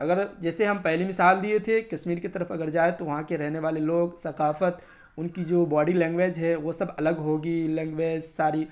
اگر جیسے ہم پہلے مثال دیے تھے کشمیر کے طرف اگر جائے تو وہاں کے رہنے والے لوگ ثقافت ان کی جو باڈی لینگویج ہے وہ سب الگ ہوگی لگویج ساری